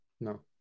No